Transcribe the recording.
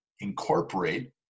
incorporate